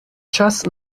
час